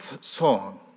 song